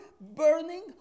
burning